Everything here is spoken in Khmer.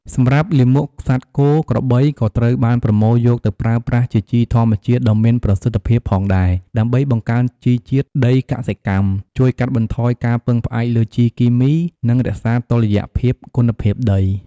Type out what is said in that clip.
សម្រាប់លាមកសត្វគោក្របីក៏ត្រូវបានប្រមូលយកទៅប្រើប្រាស់ជាជីធម្មជាតិដ៏មានប្រសិទ្ធភាពផងដែរ ដើម្បីបង្កើនជីជាតិដីកសិកម្ម ជួយកាត់បន្ថយការពឹងផ្អែកលើជីគីមី និងរក្សាតុល្យភាពគុណភាពដី។